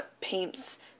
paints